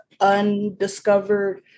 undiscovered